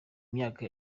myaka